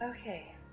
Okay